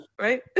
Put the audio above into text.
right